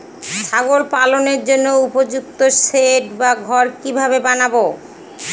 ছাগল পালনের জন্য উপযুক্ত সেড বা ঘর কিভাবে বানাবো?